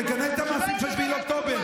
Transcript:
תגנה את המעשים של 7 באוקטובר.